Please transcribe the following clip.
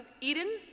Eden